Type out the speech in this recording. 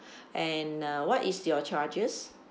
and uh what is your charges